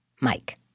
Mike